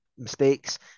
mistakes